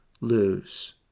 lose